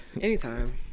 Anytime